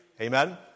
Amen